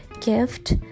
gift